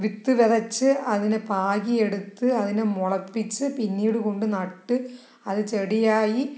വിത്ത് വിതച്ച് അതിനെ പാകിയെടുത്ത് അതിനെ മുളപ്പിച്ച് പിന്നീടു കൊണ്ട് നട്ട് അത് ചെടിയായി